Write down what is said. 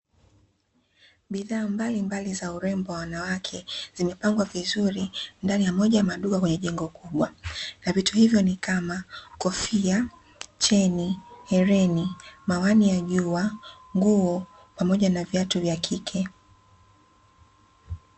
Bidhaa mbalimbali za urembo wa wanawake zimepangwa vizuri ndani ya moja ya maduka kwenye jengo kubwa na vitu hivyo ni kama; kofia, cheni, hereni, mawani ya jua, nguo pamoja na viatu vya kike.